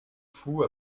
fous